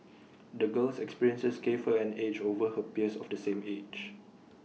the girl's experiences gave her an edge over her peers of the same age